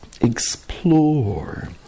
explore